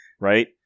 Right